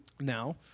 Now